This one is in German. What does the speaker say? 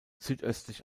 südöstlich